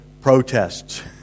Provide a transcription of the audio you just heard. Protests